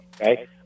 Okay